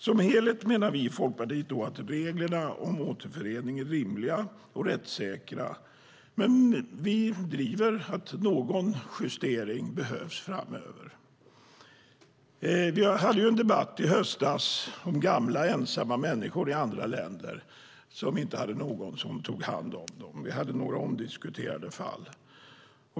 Som helhet menar vi i Folkpartiet att reglerna om återförening är rimliga och rättssäkra, men vi driver att någon justering behövs framöver. Det var en debatt i höstas om gamla ensamma människor i andra länder som inte hade någon som tog hand om dem. Det fanns några omdiskuterade fall.